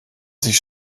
sich